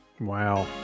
Wow